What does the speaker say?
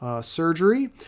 surgery